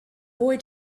boy